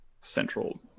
central